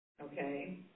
okay